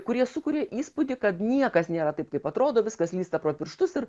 kurie sukuria įspūdį kad niekas nėra taip kaip atrodo viskas slysta pro pirštus ir